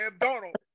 Donald